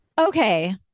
Okay